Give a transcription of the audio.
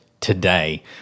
today